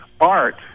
art